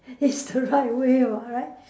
it's the right way [what] right